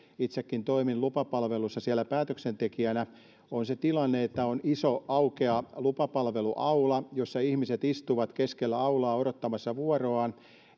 itsekin toimin lupapalveluissa päätöksentekijänä on se tilanne että on iso aukea lupapalveluaula jossa ihmiset istuvat keskellä aulaa odottamassa vuoroaan